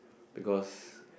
because